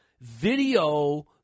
video